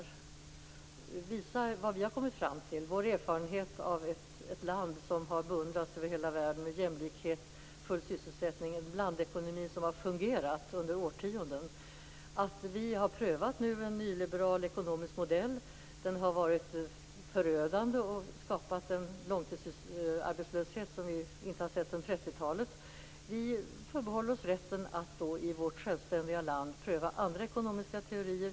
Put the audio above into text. Vi skall visa vad vi har kommit fram till - vår erfarenhet av att leva i ett land som har beundrats över hela världen. Det har varit jämlikhet, full sysselsättning och en blandekonomi som har fungerat under årtionden. Vi har nu prövat en nyliberal ekonomisk modell. Den har varit förödande och skapat en långtidsarbetslöshet som vi inte har sett sedan 30-talet. Vi förbehåller oss rätten att i vårt självständiga land pröva andra ekonomiska teorier.